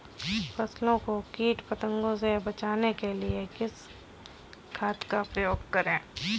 फसलों को कीट पतंगों से बचाने के लिए किस खाद का प्रयोग करें?